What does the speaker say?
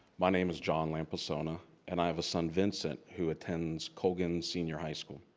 my name is john lampasona and i have a son, vincent, who attends colgan senior high school.